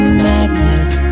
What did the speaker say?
magnet